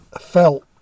felt